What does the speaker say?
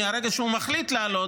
מהרגע שהוא מחליט לעלות,